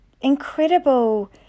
incredible